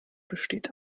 besteht